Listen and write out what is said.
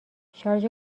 شارژ